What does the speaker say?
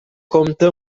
compta